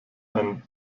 ein